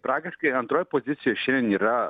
praktiškai antroj pozicijoj šiandien yra